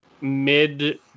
mid